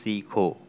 سیکھو